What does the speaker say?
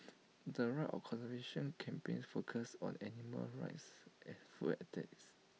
the of conservation campaigns focus on animal rights and food ethics